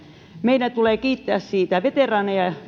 meidän tulee kiittää siitä veteraaneja